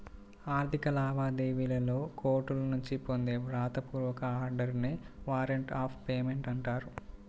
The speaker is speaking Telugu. ఆర్థిక లావాదేవీలలో కోర్టుల నుంచి పొందే వ్రాత పూర్వక ఆర్డర్ నే వారెంట్ ఆఫ్ పేమెంట్ అంటారు